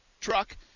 truck